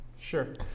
Sure